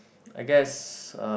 I guess uh